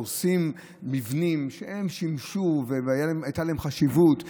הורסים מבנים ששימשו והייתה להם חשיבות,